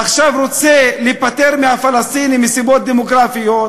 עכשיו הוא רוצה להיפטר מהפלסטינים מסיבות דמוגרפיות,